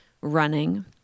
running